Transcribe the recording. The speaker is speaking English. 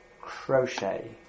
crochet